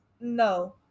no